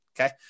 Okay